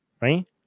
right